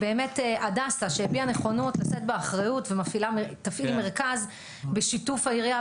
שהביעה נכונות לשאת באחריות ותפעיל מרכז בשיתוף העירייה,